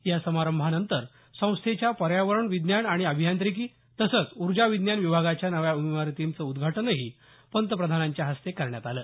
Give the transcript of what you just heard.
या समारंभानंतर संस्थेच्या पर्यावरण विज्ञान आणि अभियांत्रिकी तसंच ऊर्जा विज्ञान विभागाच्या नव्या इमारतीचं उद्घाटनही पंतप्रधानांच्या हस्ते करण्यात आलं